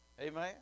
Amen